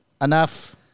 Enough